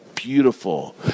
beautiful